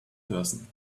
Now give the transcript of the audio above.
person